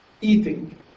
eating